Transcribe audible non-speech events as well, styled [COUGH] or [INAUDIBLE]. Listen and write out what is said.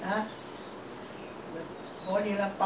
[LAUGHS] அது ஒரு:athu oru for time being lah